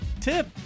tip